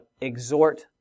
exhort